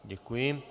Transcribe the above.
Děkuji.